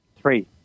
Three